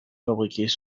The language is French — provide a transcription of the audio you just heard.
fabriqués